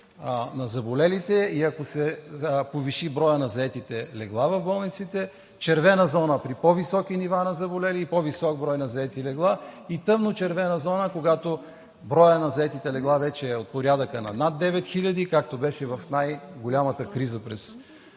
на заболелите и ако се повиши броят на заетите легла в болниците; червена зона при по-високи нива на заболели и по-висок брой на заети легла; тъмночервена зона, когато броят на заетите легла вече е от порядъка на над 9000, както беше в най-голямата криза през